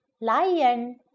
Lion